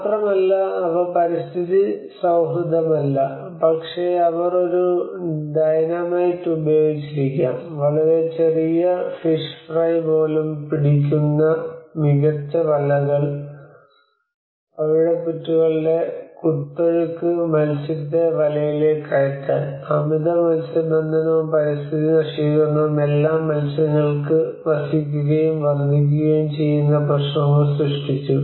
മാത്രമല്ല അവ പരിസ്ഥിതി സൌഹൃദമല്ല പക്ഷേ അവർ ഒരു ഡൈനാമൈറ്റ് പോലും പിടിക്കുന്ന മികച്ച വലകൾ പവിഴപ്പുറ്റുകളുടെ കുത്തൊഴുക്ക് മത്സ്യത്തെ വലയിലേക്ക് കയറ്റാൻ അമിത മത്സ്യബന്ധനവും പരിസ്ഥിതി നശീകരണവും എല്ലാം മത്സ്യങ്ങൾ വസിക്കുകയും വർദ്ധിക്കുകയും ചെയ്യുന്ന പ്രശ്നങ്ങൾ സൃഷ്ടിച്ചു